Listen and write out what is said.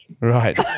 Right